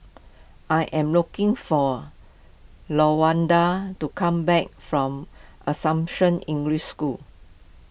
I am looking for Lawanda to come back from Assumption English School